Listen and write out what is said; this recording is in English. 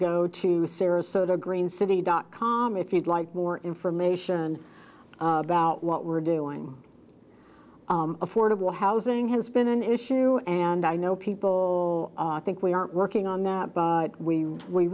go to sarasota green city dot com if you'd like more information about what we're doing affordable housing has been an issue and i know people think we are working on that we we